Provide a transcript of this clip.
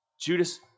Judas